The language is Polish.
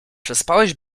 przespałeś